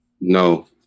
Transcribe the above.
No